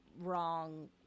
wrong